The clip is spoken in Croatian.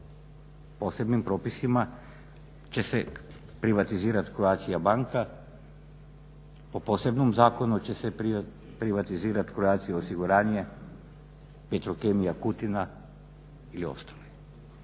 Posebnim propisima će se privatizirat Croatia banka, po posebnom zakonu će se privatizirat Croatia osiguranje, Petrokemija Kutina ili ostale.